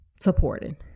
supported